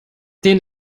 den